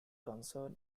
concern